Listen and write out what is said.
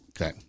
Okay